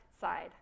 side